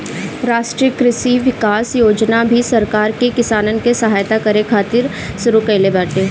राष्ट्रीय कृषि विकास योजना भी सरकार किसान के सहायता करे खातिर शुरू कईले बाटे